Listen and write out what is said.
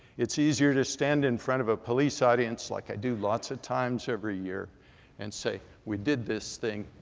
it's easier to stand in front of a police audience like i do lots of times every year and say we did this thing,